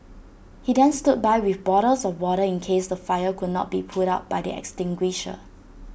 he then stood by with bottles of water in case the fire could not be put out by the extinguisher